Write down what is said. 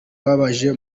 babanje